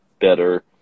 better